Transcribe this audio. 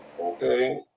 Okay